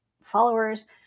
followers